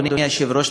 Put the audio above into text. אדוני היושב-ראש,